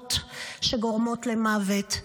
במחלות שגורמות למוות.